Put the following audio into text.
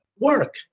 work